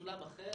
בסולם אחר.